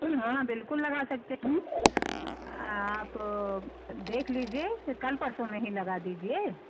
हाँ हाँ बिल्कुल लगा सकते हैं आप देख लीजिए फिर कल परसों में ही लगा दीजिए